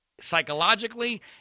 psychologically